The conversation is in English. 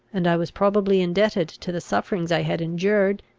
and i was probably indebted to the sufferings i had endured,